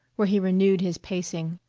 where he renewed his pacing.